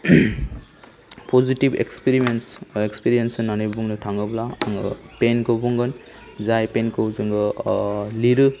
positive experiments बा experience होननानै बुंनो थाङोब्ला आङो पेन खौ बुंगोन जाय पेनखौ जोङो ओ लिरो